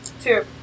Two